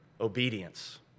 obedience